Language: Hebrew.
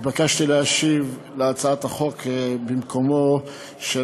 התבקשתי להשיב להצעת החוק במקומו של